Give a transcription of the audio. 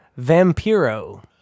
Vampiro